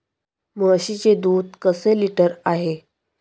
म्हशीचे दूध कसे लिटर आहे?